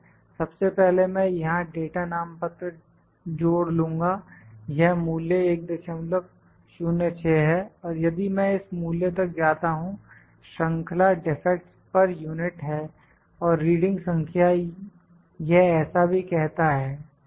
सबसे पहले मैं यहां डाटा नाम पत्र जोड़ लूँगा यह मूल्य 106 है और यदि मैं इस मूल्य तक जाता हूं श्रंखला डिफेक्ट्स पर यूनिट है और रीडिंग संख्या यह ऐसा भी कहता है ठीक है